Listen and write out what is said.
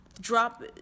drop